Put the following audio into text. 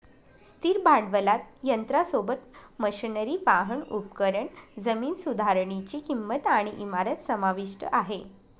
स्थिर भांडवलात यंत्रासोबत, मशनरी, वाहन, उपकरण, जमीन सुधारनीची किंमत आणि इमारत समाविष्ट आहे